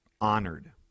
honored